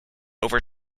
over